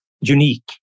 unique